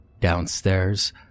Downstairs